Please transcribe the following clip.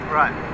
right